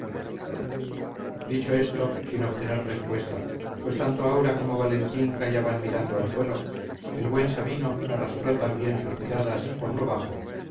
dicho esto sin obtener respuesta pues tanto aura como valentín callaban mirando al suelo el buen sabino arrastró también sus miradas por lo bajo